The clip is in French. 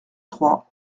trois